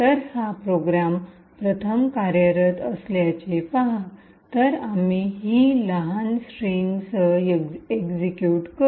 तर हा प्रोग्राम प्रथम कार्यरत असल्याचे पहा तर आम्ही हा लहान स्ट्रिंग सह एक्सिक्यूट करू